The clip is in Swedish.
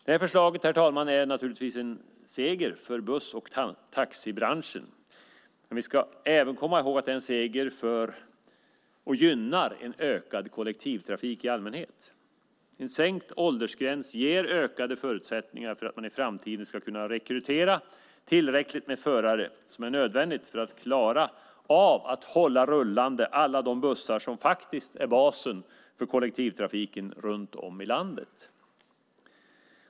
Det här förslaget, herr talman, är naturligtvis en seger för buss och taxibranschen. Men vi ska även komma ihåg att det är en seger för och gynnar en ökad kollektivtrafik i allmänhet. En sänkt åldersgräns ger ökade förutsättningar för att man i framtiden ska kunna rekrytera det antal förare som är nödvändigt för att klara av att hålla rullande alla de bussar som faktiskt är basen för kollektivtrafiken runt om i landet.